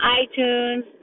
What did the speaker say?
iTunes